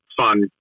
fun